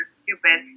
stupid